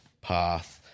path